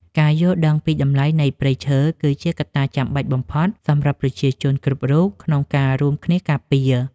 ការយល់ដឹងពីតម្លៃនៃព្រៃឈើ គឺជាកត្តាចាំបាច់បំផុតសម្រាប់ប្រជាជនគ្រប់រូបក្នុងការរួមគ្នាការពារ។